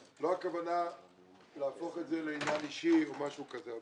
הכוונה להפוך את זה לעניין אישי או משהו כזה.